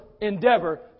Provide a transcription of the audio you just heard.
endeavor